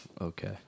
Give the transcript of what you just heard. Okay